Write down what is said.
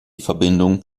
verbindung